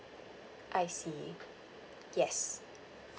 I see yes